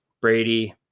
Brady